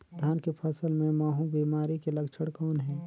धान के फसल मे महू बिमारी के लक्षण कौन हे?